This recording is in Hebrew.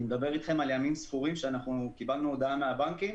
אני מדבר איתכם על ימים ספורים שקיבלנו הודעה מהבנקים